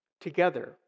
together